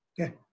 okay